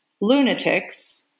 lunatics